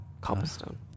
cobblestone